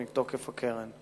מתוקף הקרן.